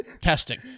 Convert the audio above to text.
testing